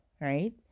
right